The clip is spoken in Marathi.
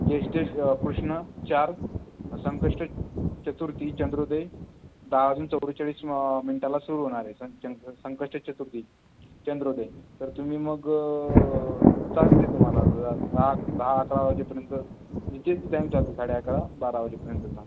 ज्येष्ठेश कृष्ण चार संकष्ट चतुर्थी चंद्रोदय दहा वाजून चव्वेचाळीस मिनिटाला सुरू होणार आहे सं चंद्र संकष्टी चतुर्थी चंद्रोदय तर तुम्ही मग चालते तुम्हाला जर हा दहा दहा अकरा वाजेपर्यंत निश्चित टाईम चालू साडे अकरा बारा वाजेपर्यंतचा